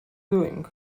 doing